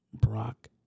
Brock